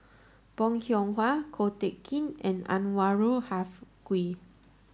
Bong Hiong Hwa Ko Teck Kin and Anwarul Haque